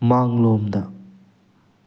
ꯃꯥꯡꯂꯣꯝꯗ